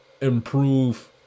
improve